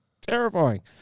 terrifying